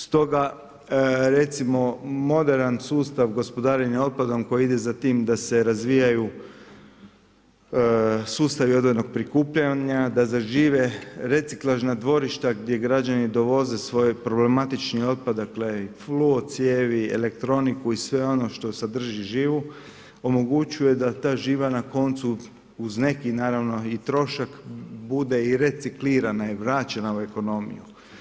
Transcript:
Stoga recimo moderan sustav gospodarenja otpadom koji ide za tim da se razvijaju sustavi odvojenog prikupljanja, da zažive reciklažna dvorišta gdje građani dovoze svoj problematični otpad, fluo cijevi, elektroniku i sve ono što sadrži živu, omogućuje da ta živa na koncu uz neki naravno i trošak bude i reciklirana i vraćena u ekonomiju.